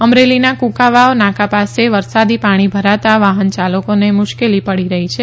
અમરેલીના કુંકાવાવ નાકા પાસે વરસાદી પાણી ભરાતા વાહનયાલકોને મુશ્કેલી પડી રહી છે